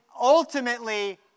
ultimately